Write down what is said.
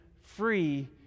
free